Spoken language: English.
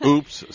Oops